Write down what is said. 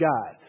God